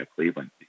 Cleveland